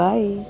Bye